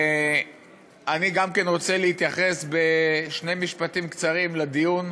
אני רוצה גם להתייחס בשני משפטים קצרים לדיון,